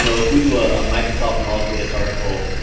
you know if we do a ah microsoft knowledge base article,